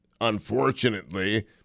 unfortunately